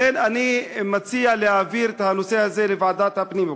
לכן אני מציע להעביר את הנושא הזה לוועדת הפנים,